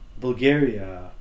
Bulgaria